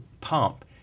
pump